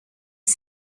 est